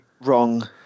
Wrong